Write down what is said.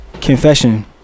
confession